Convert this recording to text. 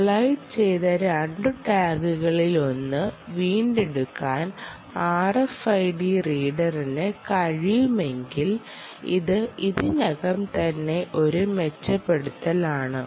collide ചെയ്ത 2 ടാഗുകളിലൊന്ന് വീണ്ടെടുക്കാൻ RFID റീഡറിന് കഴിയുമെങ്കിൽ അത് ഇതിനകം തന്നെ ഒരു മെച്ചപ്പെടുത്തലാണ്